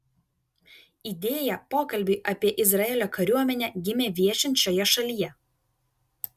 idėja pokalbiui apie izraelio kariuomenę gimė viešint šioje šalyje